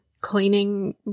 cleaning